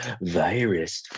virus